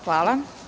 Hvala.